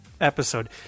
episode